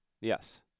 Yes